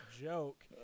joke